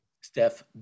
steph